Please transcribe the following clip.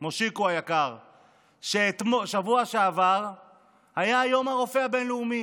מושיקו היקר: בשבוע שעבר היה יום הרופא הבין-לאומי.